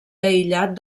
aïllat